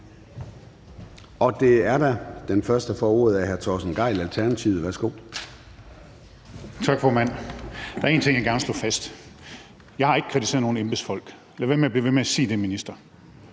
og det er der. Den første, der får ordet, er hr. Torsten Gejl, Alternativet. Værsgo.